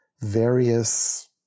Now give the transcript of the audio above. various